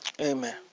Amen